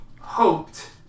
hoped